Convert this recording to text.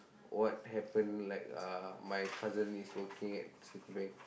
what happen like uh my cousin is working at Citibank